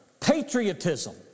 patriotism